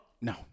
No